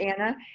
Anna